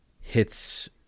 hits